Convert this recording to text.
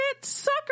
sucker